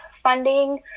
funding